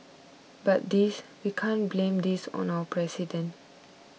but this we can't blame this on our president